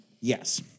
Yes